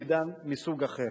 מידע מסוג אחר.